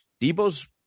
Debo's